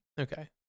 Okay